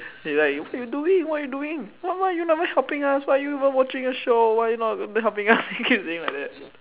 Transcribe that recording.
he like what you doing what you doing why you never helping us why you even watching a show why you not helping us he keep saying like that